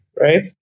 Right